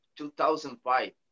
2005